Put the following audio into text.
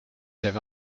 avez